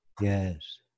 Yes